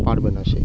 পারবে না সে